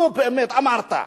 נו, באמת, אמרת.